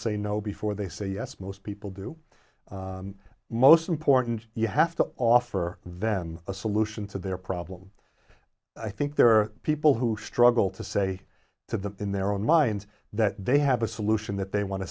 say no before they say yes most people do most important you have to offer them a solution to their problem i think there are people who struggle to say to them in their own mind that they have a solution that they want to